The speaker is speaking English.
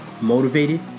Motivated